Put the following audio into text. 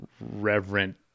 reverent